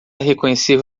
reconhecer